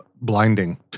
blinding